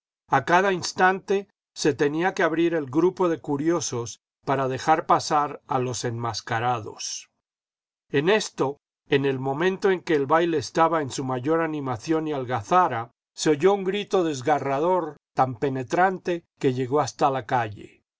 a cada instante se tenía que abrir el grupo de curiosos para dejar pasar a los enmascarados en esto en el momento en que el baile estaba en su mayor animación y algazara se oyó un grito desgarrador tan penetrante que llegó hasta la calle